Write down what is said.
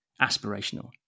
aspirational